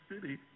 city